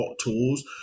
tools